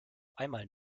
einmal